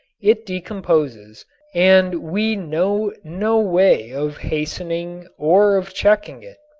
it decomposes and we know no way of hastening or of checking it.